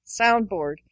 Soundboard